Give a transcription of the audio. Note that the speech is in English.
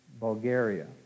Bulgaria